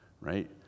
right